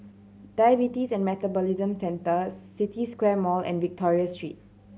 Diabetes and Metabolism Centre City Square Mall and Victoria Street